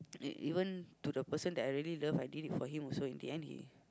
e~ even to the person I really love I did it for him also in the end he